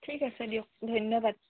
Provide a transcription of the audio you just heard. ঠিক আছে দিয়ক ধন্যবাদ